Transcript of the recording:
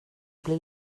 bli